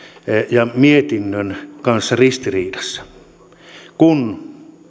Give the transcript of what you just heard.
ja mietinnön kanssa ristiriidassa kun